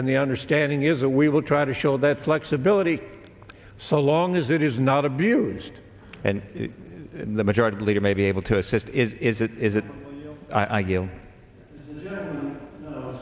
and the understanding is that we will try to show that flexibility so long as it is not abused and the majority leader may be able to assist it is it is it i give thi